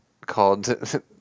called